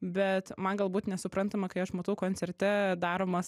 bet man galbūt nesuprantama kai aš matau koncerte daromas